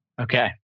Okay